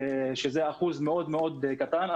שזה אחוז מאוד מאוד קטן,